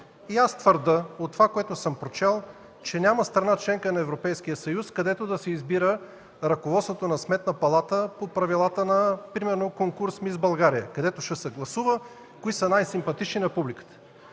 Твърдя от това, което съм прочел, че няма страна – членка на Европейския съюз, където да се избират ръководствата на сметните палати по правилата на примерно конкурс „Мис България”, където ще се гласува кои са най-симпатични на публиката.